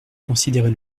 considérez